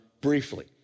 briefly